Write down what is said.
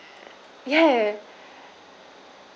ya